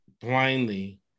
blindly